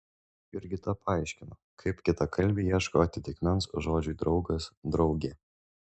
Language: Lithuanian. jurgita paaiškino kaip kitakalbiai ieško atitikmens žodžiui draugas draugė